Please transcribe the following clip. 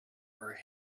are